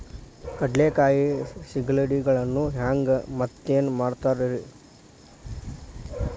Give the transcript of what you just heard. ಕಡಲೆಕಾಯಿ ಸಿಗಡಿಗಳನ್ನು ಹ್ಯಾಂಗ ಮೆತ್ತನೆ ಮಾಡ್ತಾರ ರೇ?